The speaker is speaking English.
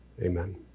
amen